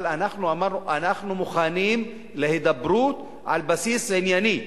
אבל אנחנו אמרנו: אנחנו מוכנים להידברות על בסיס ענייני ומקצועי,